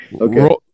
Okay